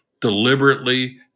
deliberately